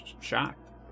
shocked